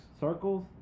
Circles